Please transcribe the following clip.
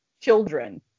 children